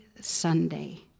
Sunday